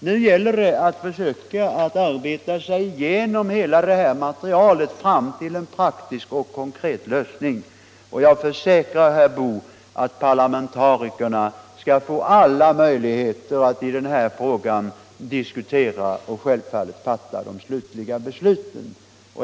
Nu gäller det att försöka arbeta sig igenom hela det här materialet fram till en praktisk och konkret lösning. Jag försäkrar herr Boo att parlamentarikerna skall få alla möjligheter att diskutera den här frågan och självfallet att fatta de slutliga besluten.